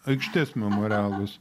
aikštės memorialas